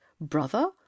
brother